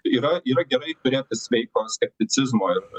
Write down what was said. yra yra gerai turėtis sveiko skepticizmo ir